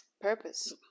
purpose